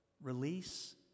release